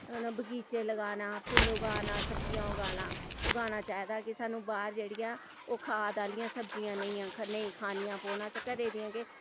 बगीचे लगाना फुल्ल उगाना सब्जियां उगाना उगाना चाहिदा कि सानूं बाह्र जेह्ड़ियां ओह् खाद आह्लियां सब्जियां नेईं नेईं खानियां पौन अस घरे दियां गै